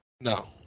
No